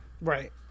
right